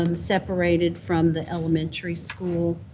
um separated from the elementary school,